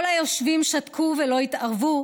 כל היושבים שתקו ולא התערבו,